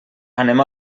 anem